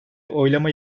oylama